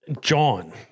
John